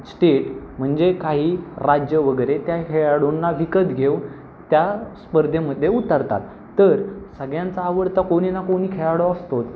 state म्हणजे काही राज्यं वगैरे त्या खेळाडूंना विकत घेऊन त्या स्पर्धेमध्ये उतरतात तर सगळ्यांचा आवडता कोणी ना कोणी खेळाडू असतोच